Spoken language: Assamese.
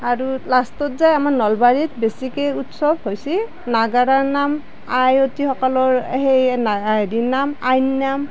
আৰু লাষ্টত যে আমাৰ নলবাৰীত বেছিকৈ উৎসৱ হৈছি নাগাৰা নাম আয়তীসকলৰ সেই দিহানাম